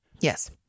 Yes